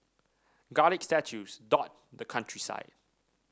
garlic statues dot the countryside